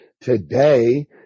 today